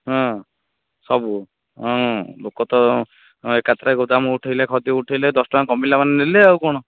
ହଁ ସବୁ ହଁ ଲୋକ ତ ଏକାଥରକେ ଗୋଦାମ ଉଠେଇଲେ ଖଦୀ ଉଠେଇଲେ ଦଶ ଟଙ୍କା କମିଲେ ମାନେ ନେଲେ ଆଉ କ'ଣ